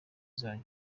zanyu